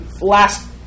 last